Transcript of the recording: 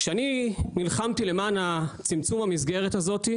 כשאני נלחמתי למען צמצום המסגרת הזאת,